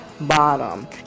bottom